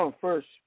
first